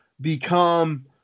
become